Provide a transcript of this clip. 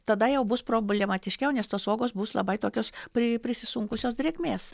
tada jau bus problematiškiau nes tos uogos bus labai tokios pri prisisunkusios drėgmės